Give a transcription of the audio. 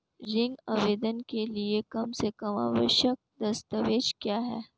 ऋण आवेदन के लिए कम से कम आवश्यक दस्तावेज़ क्या हैं?